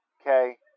Okay